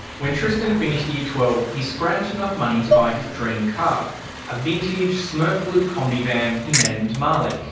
when tristan finished year twelve, he scrounged enough money to buy his dream car a vintage smurf-blue kombi van he named marley